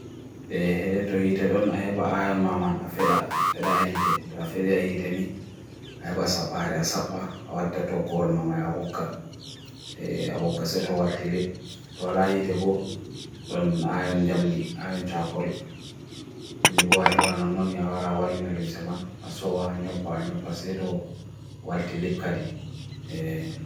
e he to yite dun ayaba ayon maman afeda, afeda ayite, to afeda ayite ni, ayaba sapah rea sapah, awadda to gol mamay awoga, awoga seto waltilip, to alahi te bo dun ayon jamni, ayon chakorin. kanjibwa heba nunun ni awara walin alin seman, aso wa nyebba nyebba seto waltilip kadi.